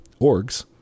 orgs